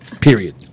Period